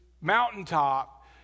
mountaintop